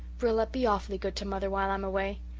rilla, be awfully good to mother while i'm away.